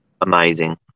amazing